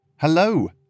Hello